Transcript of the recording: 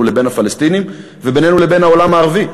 לבין הפלסטינים ובינינו לבין העולם הערבי.